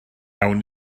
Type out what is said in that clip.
awn